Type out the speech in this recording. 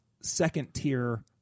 second-tier